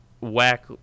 whack